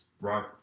Right